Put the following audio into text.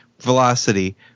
Velocity